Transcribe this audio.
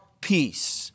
peace